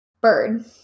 bird